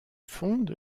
fonde